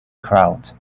crowd